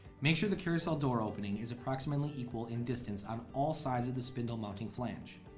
make sure the carousel door opening is approximately equal in distance on all sides of the spindle mounting flange.